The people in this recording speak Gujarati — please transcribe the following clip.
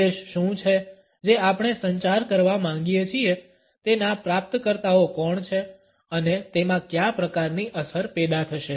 સંદેશ શું છે જે આપણે સંચાર કરવા માંગીએ છીએ તેના પ્રાપ્તકર્તાઓ કોણ છે અને તેમાં કયા પ્રકારની અસર પેદા થશે